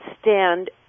stand